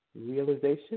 Realization